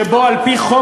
שבו על-פי חוק,